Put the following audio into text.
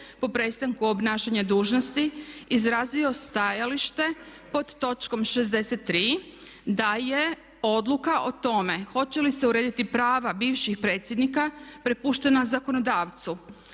po prestanku obnašanja dužnosti izrazio stajalište pod točkom 63. da je odluka o tome hoće li se urediti prava bivših predsjednika prepuštena zakonodavcu.